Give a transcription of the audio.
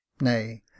nay